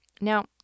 Now